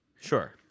Sure